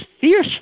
fierce